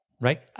right